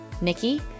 nikki